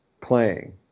playing